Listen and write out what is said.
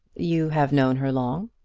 you have known her long?